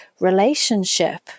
relationship